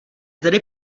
tedy